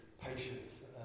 patience